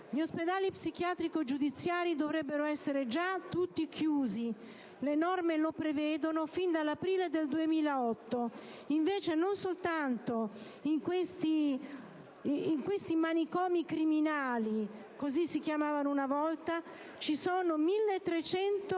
Gli ospedali psichiatrici giudiziari avrebbero dovuto essere già tutti chiusi - le norme lo prevedono - fin dall'aprile del 2008. Invece, non soltanto in questi manicomi criminali - così si chiamavano una volta - ci sono 1.300 internati,